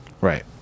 right